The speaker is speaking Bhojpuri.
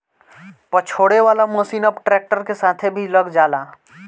पछोरे वाला मशीन अब ट्रैक्टर के साथे भी लग जाला